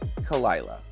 Kalila